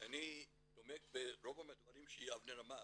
אני תומך ברוב הדברים שאבנר אמר.